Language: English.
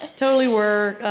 totally were.